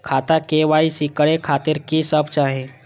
खाता के के.वाई.सी करे खातिर की सब चाही?